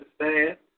understand